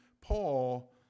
Paul